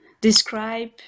describe